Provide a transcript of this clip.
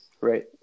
Right